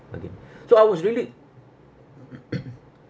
bargain so I was really